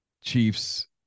Chiefs